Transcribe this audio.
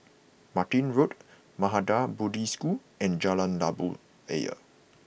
Martin Road Maha Bodhi School and Jalan Labu Ayer